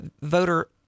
voter